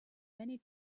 many